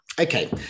Okay